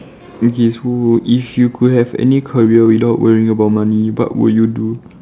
okay if you could have any career without worrying about money what would you do